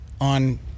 on